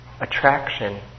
Attraction